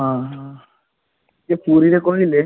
ଅଁ ହଁ ସେ ପୁରୀରେ କହିଲେ